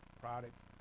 products